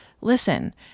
listen